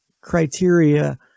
criteria